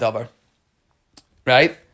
Right